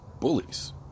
bullies